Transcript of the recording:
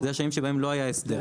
אלה שנים שבהן לא היה הסדר.